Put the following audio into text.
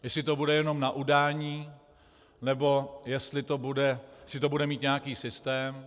Jestli to bude jenom na udání, nebo jestli to bude mít nějaký systém.